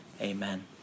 amen